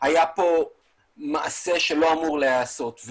שיש לנו עוד הרבה מה לעשות בה ולהשתפר.